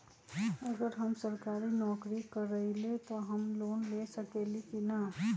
अगर हम सरकारी नौकरी करईले त हम लोन ले सकेली की न?